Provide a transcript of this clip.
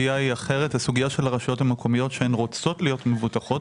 הרשויות המקומיות רוצות להיות מבוטחות,